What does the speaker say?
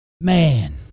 Man